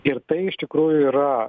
ir tai iš tikrųjų yra